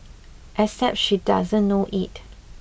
except she doesn't know it